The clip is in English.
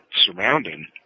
surrounding